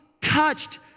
touched